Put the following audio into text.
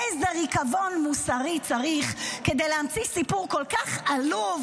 איזה ריקבון מוסרי צריך כדי להמציא סיפור כל כך עלוב,